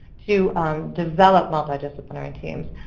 to develop multidisciplinary teams.